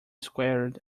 squared